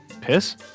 piss